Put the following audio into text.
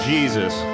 Jesus